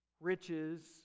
riches